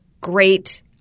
great